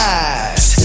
eyes